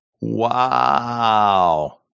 Wow